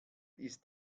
ist